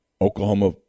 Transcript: Oklahoma